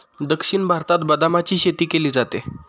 दक्षिण भारतात बदामाची शेती केली जाते